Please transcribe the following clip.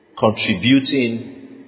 Contributing